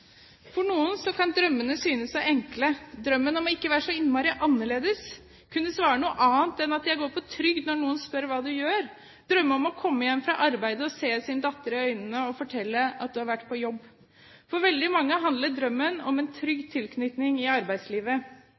For noen kan drømmene synes så enkle – drømmen om ikke å være så innmari annerledes, å kunne svare noe annet enn «jeg går på trygd» når noen spør hva du gjør, drømme om å komme hjem fra arbeidet og se din datter i øynene og fortelle at du har vært på jobb. For veldig mange handler drømmen om en trygg tilknytning til arbeidslivet.